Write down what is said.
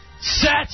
Set